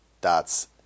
dots